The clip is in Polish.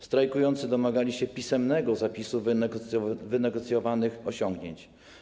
Strajkujący domagali się pisemnego zapisu wynegocjowanych osiągnięć.